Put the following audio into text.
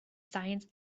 science